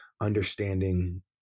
understanding